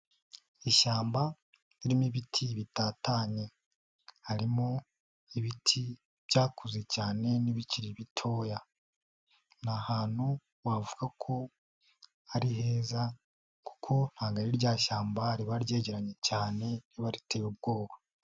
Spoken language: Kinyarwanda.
Ishyamba ririmo ibiti bitatanye harimo ibiti byakuze cyane n'ibikiri bitoya, ni ahantu wavuga ko ari heza kuko ntabwo ari rya shyamba riba ryegeranye cyane riba riteye ubwoba.